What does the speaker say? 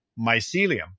mycelium